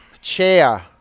Chair